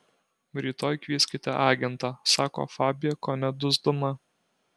rytoj kvieskite agentą sako fabija kone dusdama